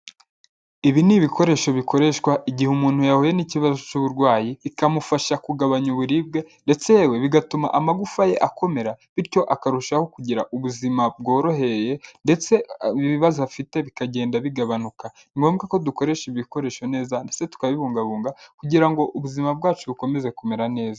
Ibi ni ibikoresho bikoreshwa igihe umuntu yahuye n'ikibazo cy'uburwayi bikamufasha kugabanya uburibwe, ndetse yewe bigatuma amagufa ye akomera. Bityo akarushaho kugira ubuzima bworoheye ndetse ibibazo afite bikagenda bigabanuka. Ni ngombwa ko dukoresha ibi bikoresho neza ndetse tukabibungabunga kugira ngo ubuzima bwacu bukomeze kumera neza.